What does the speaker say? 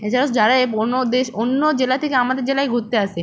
এছাড়াও যারা এই অন্য দেশ অন্য জেলা থেকে আমাদের জেলায় ঘুরতে আসে